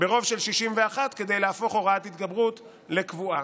ברוב של 61 כדי להפוך הוראת התגברות לקבועה.